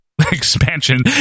expansion